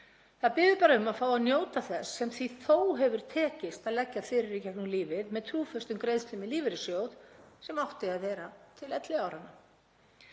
Það biður um að fá að njóta þess sem því hefur þó tekist að leggja fyrir í gegnum lífið með trúföstum greiðslum í lífeyrissjóð sem átti að vera til elliáranna.